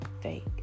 fake